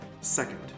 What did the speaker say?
Second